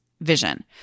vision